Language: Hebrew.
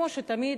כמו תמיד,